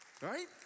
Right